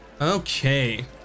Okay